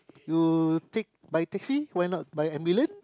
you take by taxi why not by ambulance